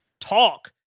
talk